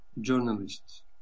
journalists